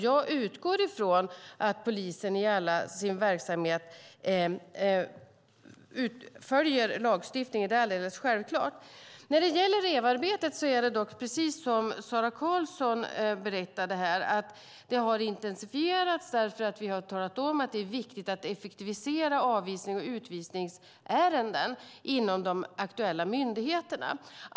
Jag utgår alldeles självklart från att polisen i all sin verksamhet följer lagstiftningen. När det gäller Revaarbetet är det dock precis som Sara Karlsson berättade här: Det arbetet har intensifierats, eftersom vi har talat om att det är viktigt att effektivisera avvisnings och utvisningsärenden inom de aktuella myndigheterna.